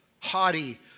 Haughty